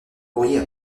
courrier